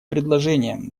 предложением